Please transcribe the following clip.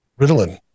Ritalin